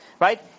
right